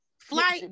flight